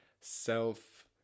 self